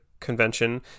Convention